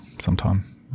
sometime